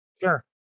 Sure